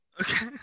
Okay